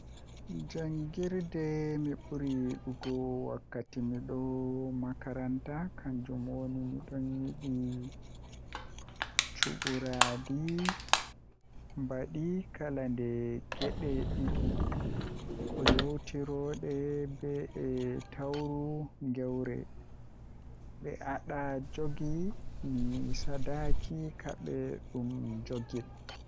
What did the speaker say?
Jangirde mi ɓuri yiɗugo wakkati mido makaranta kannjum woni Miɗo yiɗi cuɓoraaɗi mbadi kala ɗe geɗe ɗiɗi, ko yowitorde ɓe e tawru ngeewre. Ɓe aɗa njogii mi saɗaaki kaɓe ɗum njogil.